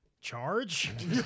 charge